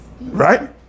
right